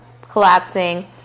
collapsing